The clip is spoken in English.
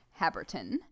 haberton